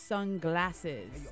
Sunglasses